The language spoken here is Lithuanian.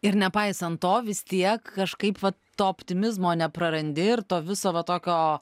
ir nepaisan to vis tiek kažkaip va to optimizmo neprarandi ir to viso va tokio